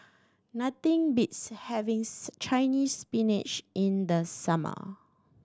nothing beats having Chinese Spinach in the summer